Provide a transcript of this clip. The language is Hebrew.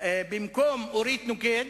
במקום אורית נוקד,